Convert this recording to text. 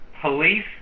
police